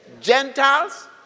Gentiles